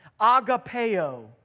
agapeo